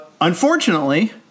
Unfortunately